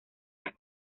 las